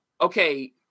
okay